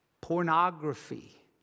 pornography